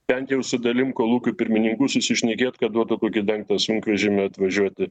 bent jau su dalim kolūkių pirmininkų susišnekėt kad duotų kokį dengtą sunkvežimį atvažiuoti